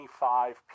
25